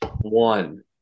One